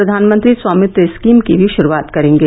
प्रधानमंत्री स्वामित्व स्कीम की शुरूआत भी करेंगे